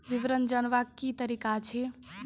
विवरण जानवाक की तरीका अछि?